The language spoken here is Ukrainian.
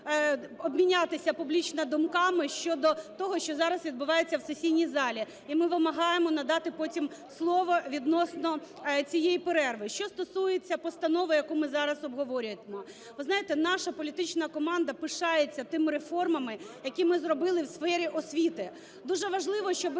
обмінятися публічно думками щодо того, що зараз відбувається в сесійні залі. І ми вимагаємо надати потім слово, відносно цієї перерви. Що стосується постанови, яку ми зараз обговорюємо. Ви знаєте, наша політична команда пишається тими реформами, які ми зробили в сфері освіти. Дуже важливо, щоб